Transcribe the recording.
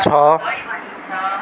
छ